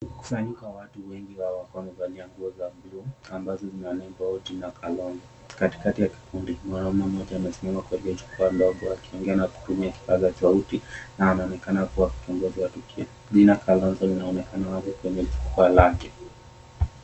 Mkusanyiko ya watu wengi, hawa wakiwa wamevalia nguo za buluu ambazo nembo tofauti na kaloni. Katikati ya kikundi mwanaume mmoja amesimama kwenye chupa ndogo akiongea na kutumia kipasa sauti na anaonekana kuwa kiongozi wa tukio. Jina Kalonzo inaonekana wazi kwenye jukwaa lake.